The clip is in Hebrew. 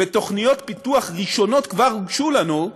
ותוכניות פיתוח ראשונות כבר הוגשו לנו,